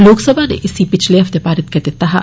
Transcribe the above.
लोक सभा नै इस्सी पिच्छले हफ्ते पारित करी दित्ता हा